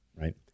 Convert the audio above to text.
Right